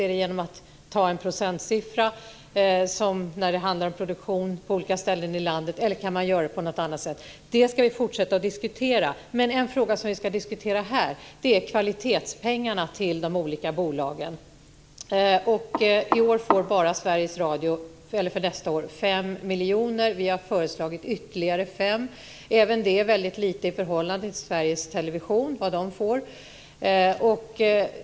Är det genom att ta en procentsiffra när det handlar om produktion på olika ställen i landet, eller kan man göra det på något annat sätt? Det ska vi fortsätta att diskutera. Men en fråga som vi ska diskutera här är kvalitetspengarna till de olika bolagen. För nästa år får Sveriges Radio bara fem miljoner. Vi har föreslagit ytterligare fem. Även det är väldigt lite i förhållande till vad Sveriges Television får.